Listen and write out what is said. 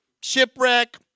shipwreck